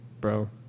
bro